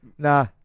Nah